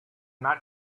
not